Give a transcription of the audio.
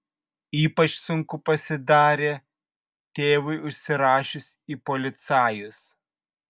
ypač sunku pasidarė tėvui užsirašius į policajus